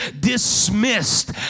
dismissed